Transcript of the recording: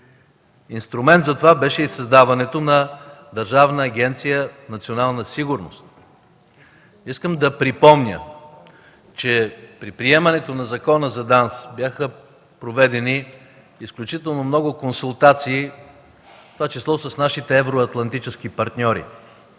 Инструмент за това беше и създаването на Държавна агенция „Национална сигурност”. Искам да припомня, че при приемането на Закона за ДАНС бяха проведени изключително много консултации, в това число и с нашите евроатлантически партньори.